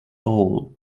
all